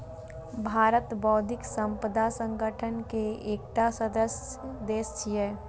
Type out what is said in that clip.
भारत बौद्धिक संपदा संगठन के एकटा सदस्य देश छियै